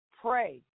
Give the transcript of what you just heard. pray